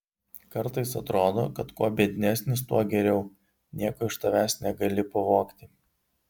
kartais atrodo kad kuo biednesnis tuo geriau nieko iš tavęs negali pavogti